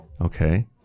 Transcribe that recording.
Okay